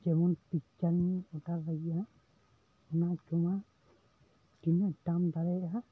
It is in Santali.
ᱡᱮᱢᱚᱱ ᱯᱤᱡᱽᱡᱟ ᱤᱧ ᱳᱰᱟᱨ ᱞᱟᱹᱜᱤᱫᱼᱟ ᱚᱱᱟ ᱡᱚᱢᱟᱜ ᱛᱤᱱᱟᱹᱜ ᱫᱟᱢ ᱫᱟᱲᱮᱭᱟᱜᱼᱟ